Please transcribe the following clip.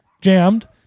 jammed